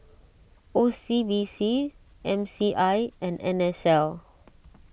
O C B C M C I and N S L